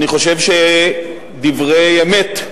אני חושב שאלה דברי אמת.